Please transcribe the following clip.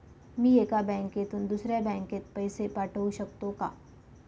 मी एका बँकेतून दुसऱ्या बँकेत पैसे पाठवू शकतो का?